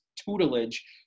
tutelage